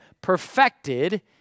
perfected